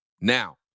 Now